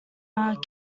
are